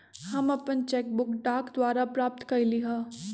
हम अपन cheque book डाक द्वारा प्राप्त कईली ह